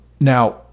Now